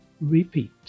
repeat